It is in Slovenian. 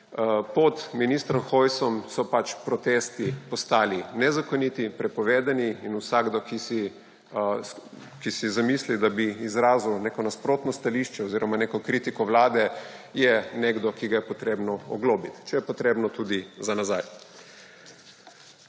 Pod ministrom Hojsom so pač protesti postali nezakoniti, prepovedni. In vsakdo, ki si zamisli, da bi izrazil neko nasprotno stališče oziroma neko kritiko vlade, je nekdo, ki ga je potrebno oglobit, če je potrebno, tudi za nazaj.